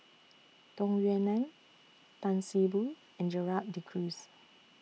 Tung Yue Nang Tan See Boo and Gerald De Cruz